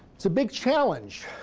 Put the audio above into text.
it's a big challenge.